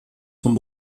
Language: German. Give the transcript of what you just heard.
von